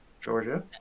Georgia